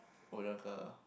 older girl